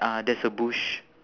uh there's a bush